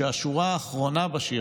והשורה האחרונה בשיר,